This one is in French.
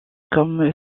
comme